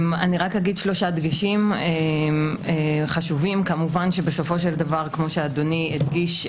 שלושה דגשים חשובים: כפי שאדוני הדגיש,